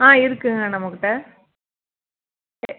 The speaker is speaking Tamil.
ஆ இருக்குதுங்க நம்மக்கிட்டே